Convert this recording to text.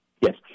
Yes